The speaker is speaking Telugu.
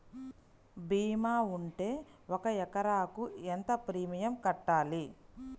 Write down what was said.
భీమా ఉంటే ఒక ఎకరాకు ఎంత ప్రీమియం కట్టాలి?